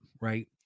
right